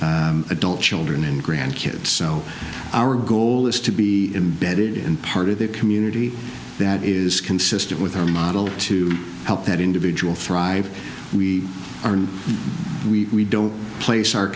adult children and grandkids so our goal is to be embedded in part of the community that is consistent with our model to help that individual thrive we are and we don't place our